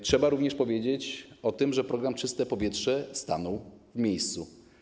Trzeba również powiedzieć o tym, że program ˝Czyste powietrze˝ stanął w miejscu.